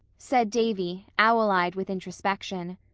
said davy, owl-eyed with introspection.